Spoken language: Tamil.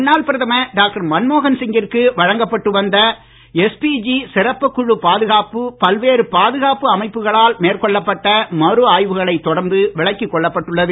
முன்னாள் பிரதமர் டாக்டர் மன்மோகன்சிங்கிற்கு வழங்கப்பட்டு வந்த எஸ்பிஜி சிறப்புக் குழுப் பாதுகாப்பு பல்வேறு பாதுகாப்பு அமைப்புகளால் மேற்கொள்ளப்பட்ட மறு ஆய்வுகளை தொடர்ந்து விலக்கிக் கொள்ளப்பட்டுள்ளது